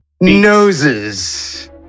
noses